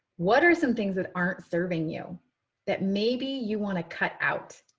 what are some things that aren't serving you that maybe you want to cut out?